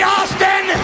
Austin